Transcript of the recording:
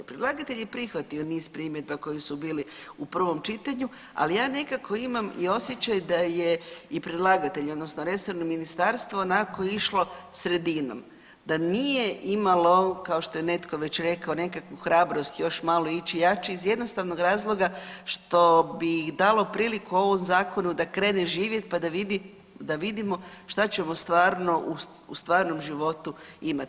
Predlagatelj je prihvatio niz primjedbi koji su bili u prvom čitanju, ali ja nekako imam osjećaj da je i predlagatelj, odnosno resorno ministarstvo onako išlo sredinom, da nije imalo kao što je netko već rekao nekakvu hrabrost još malo ići jače iz jednostavnog razloga što bi dalo priliku ovom zakonu da krene živjeti pa da vidimo šta ćemo stvarno, u stvarnom životu imati.